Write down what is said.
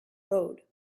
road